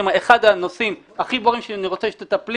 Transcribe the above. אחד הנושאים הכי בוערים שאני רוצה שתטפלי